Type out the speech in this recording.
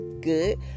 good